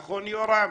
נכון, יורם?